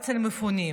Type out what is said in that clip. אצל מפונים.